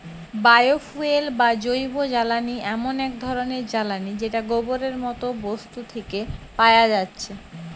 bio fuel বা জৈবজ্বালানি এমন এক ধরণের জ্বালানী যেটা গোবরের মতো বস্তু থিকে পায়া যাচ্ছে